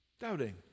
Doubting